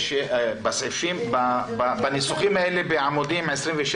יש בניסוחים האלה בעמודים 28,27,